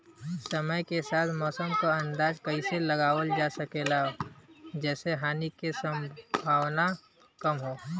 समय के साथ मौसम क अंदाजा कइसे लगावल जा सकेला जेसे हानि के सम्भावना कम हो?